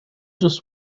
just